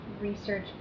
research